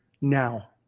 now